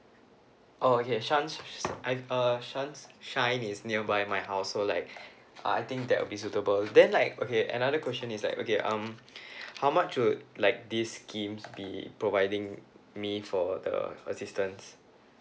oh okay sun I've err sun shine is nearby my house so like uh I think that will be suitable then like okay another question is like okay um how much would like this scheme be providing me for the assistance